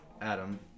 Adam